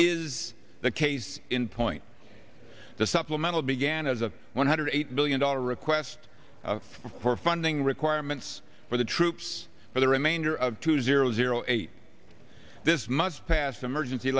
is the case in point the supplemental began as a one hundred eight billion dollar request for funding requirements for the troops for the remainder of two zero zero eight this must pass emergency